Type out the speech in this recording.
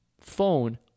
phone